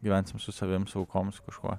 gyvensim su savimi su aukom su kažkuo